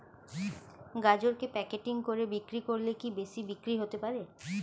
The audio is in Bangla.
গাজরকে প্যাকেটিং করে বিক্রি করলে কি বেশি বিক্রি হতে পারে?